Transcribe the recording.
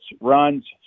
runs